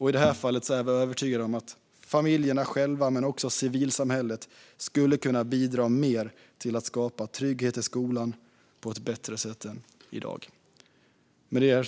I det här fallet är vi övertygade om att familjerna själva, men också civilsamhället, skulle kunna bidra mer till att skapa trygghet i skolan på ett bättre sätt än i dag. Herr talman!